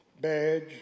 Badge